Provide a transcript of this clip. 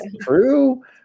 true